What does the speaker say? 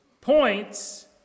points